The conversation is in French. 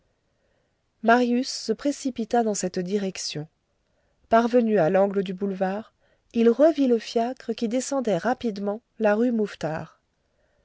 marius se précipita dans cette direction parvenu à l'angle du boulevard il revit le fiacre qui descendait rapidement la rue mouffetard